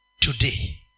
Today